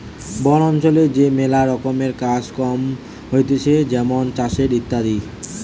বন অঞ্চলে যে ম্যালা রকমের কাজ কম হতিছে যেমন চাষের ইত্যাদি